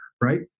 right